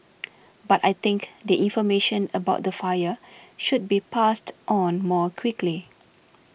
but I think the information about the fire should be passed on more quickly